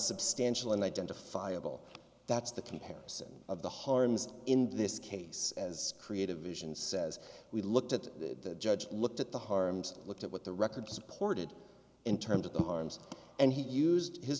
substantial and identifiable that's the comparison of the harms in this case as creative vision says we looked at the judge looked at the harms looked at what the record supported in terms of the harms and he used his